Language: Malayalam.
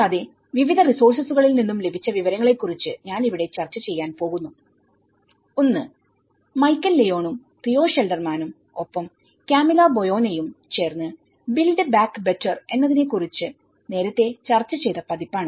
കൂടാതെ വിവിധ റിസോഴ്സസുകളിൽ നിന്നും ലഭിച്ച വിവരങ്ങളെക്കുറിച്ച് ഞാൻ ഇവിടെ ചർച്ച ചെയ്യാൻ പോകുന്നു ഒന്ന് മൈക്കൽ ലിയോണുംതിയോ ഷിൽഡർമാനുംഒപ്പം കാമിലോ ബോയാനോയുംചേർന്ന് ബിൽഡ് ബാക്ക് ബെറ്റർ എന്നതിനെ കുറിച്ച് നേരത്തെ ചർച്ച ചെയ്ത പതിപ്പാണ്